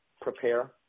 prepare